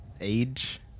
age